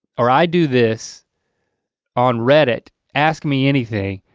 or i do this on reddit, ask me anything.